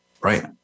Right